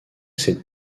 cette